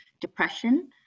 depression